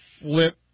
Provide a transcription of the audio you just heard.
Flip